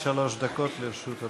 חשבתי לנצל את שלוש הדקות כדי ללמד את